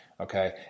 Okay